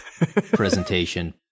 presentation